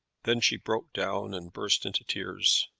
then she broke down and burst into tears.